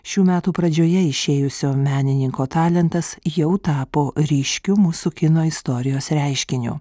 šių metų pradžioje išėjusio menininko talentas jau tapo ryškiu mūsų kino istorijos reiškiniu